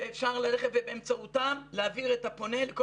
שאפשר ללכת ובאמצעותם להעביר את הפונה לכל